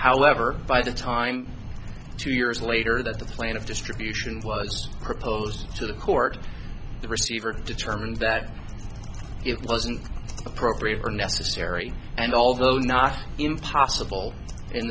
however by the time two years later the plaintiff distributions was proposed to the court the receiver determined that it wasn't appropriate or necessary and although not impossible in